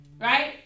right